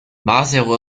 maseru